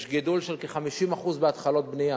יש גידול של כ-50% בהתחלות בנייה.